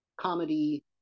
comedy